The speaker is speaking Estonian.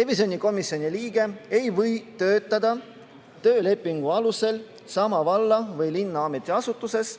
"Revisjonikomisjoni liige ei või töötada töölepingu alusel sama valla või linna ametiasutuses,